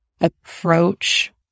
approach